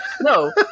no